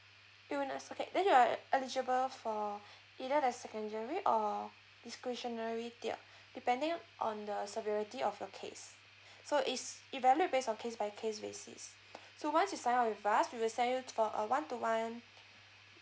illness okay then you're eligible for either the secondary or discretionary tier depending on the severity of your case so is it value based on case by case basis so once you sign up with us we will send you for a one to one